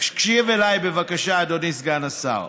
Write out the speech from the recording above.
תקשיב אליי, בבקשה, אדוני, סגן השר: